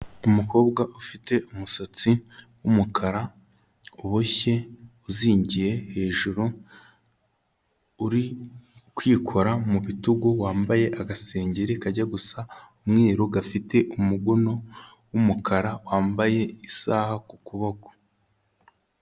Umukobwa ufite umusatsi w'umukara uboshye uzingiye hejuru, uri kwikora mu bitugu wambaye agasengeri kajya gusa umweru, gafite umuguno w'umukara wambaye isaha ku kuboko.